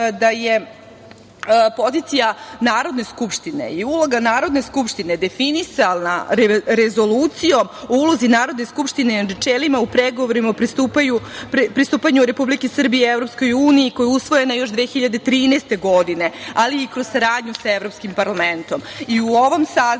da je pozicija Narodne skupštine i uloga Narodne skupštine definisana Rezolucijom o ulozi Narodne skupštine, načelima u pregovorima o pristupanju Republike Srbije EU, koja je usvojena još 2013. godine, ali i kroz saradnju sa Evropskim parlamentom.U ovom sazivu